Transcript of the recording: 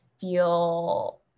feel